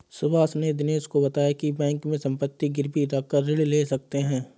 सुभाष ने दिनेश को बताया की बैंक में संपत्ति गिरवी रखकर ऋण ले सकते हैं